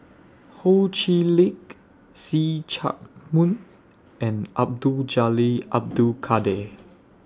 Ho Chee Lick See Chak Mun and Abdul Jalil Abdul Kadir